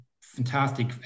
fantastic